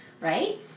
right